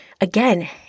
again